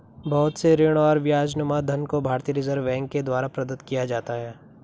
बहुत से ऋण और ब्याजनुमा धन को भारतीय रिजर्ब बैंक के द्वारा प्रदत्त किया जाता है